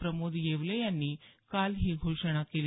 प्रमोद येवले यांनी काल ही घोषणा केली